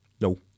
No